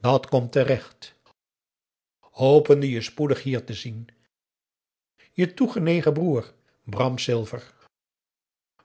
dat komt terecht hopende je spoedig hier te zien je toegenegen broer bram silver